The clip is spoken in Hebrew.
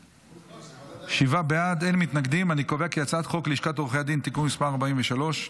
להעביר את הצעת חוק לשכת עורכי הדין (תיקון מס' 43)